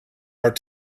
are